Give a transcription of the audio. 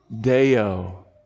Deo